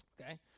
Okay